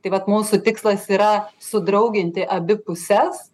tai vat mūsų tikslas yra sudrauginti abi puses